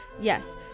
yes